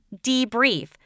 debrief